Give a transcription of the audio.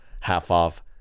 half-off